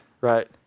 right